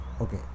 okay